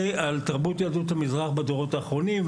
על תרבות יהדות המזרח בדורות האחרונים,